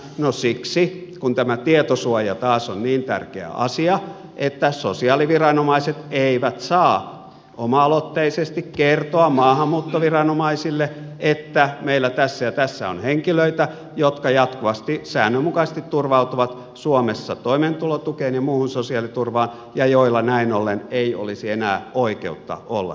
no siksi kun tämä tietosuoja taas on niin tärkeä asia että sosiaaliviranomaiset eivät saa oma aloitteisesti kertoa maahanmuuttoviranomaisille että meillä tässä ja tässä on henkilöitä jotka jatkuvasti säännönmukaisesti turvautuvat suomessa toimeentulotukeen ja muuhun sosiaaliturvaan ja joilla näin ollen ei olisi enää oikeutta olla suomessa